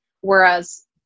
Whereas